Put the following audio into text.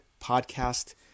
podcast